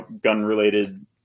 gun-related